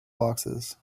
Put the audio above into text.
boxes